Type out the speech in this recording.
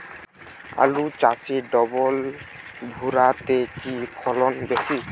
আলু চাষে ডবল ভুরা তে কি ফলন বেশি?